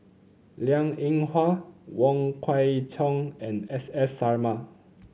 Liang Eng Hwa Wong Kwei Cheong and S S Sarma